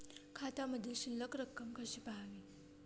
खात्यामधील शिल्लक रक्कम कशी पहावी?